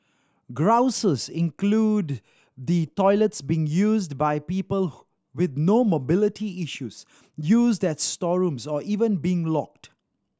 grouses include the toilets being used by people with no mobility issues used as storerooms or even being locked